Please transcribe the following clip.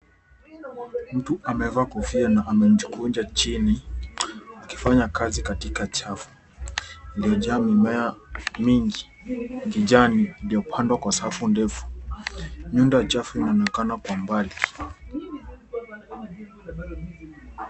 Mtu amevaa kofia na amejikunja chini akifanya kazi katika chafu iliiyojaa mimea mingi kijani iliyopandwa kwa safu ndefu. Nundu ya chafu inaonekana kwa mbali.